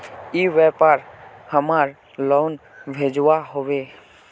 ई व्यापार हमार लोन भेजुआ हभे?